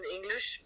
English